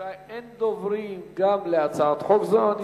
היא: הצעת חוק האזרחים הוותיקים (תיקון מס' 10)